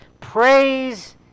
Praise